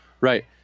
Right